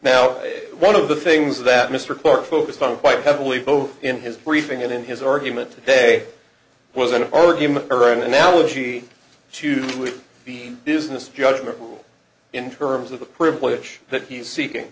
now one of the things that mr clark focused on quite heavily both in his briefing and in his argument today was an argument or an analogy to the business judgment in terms of the privilege that he's seeking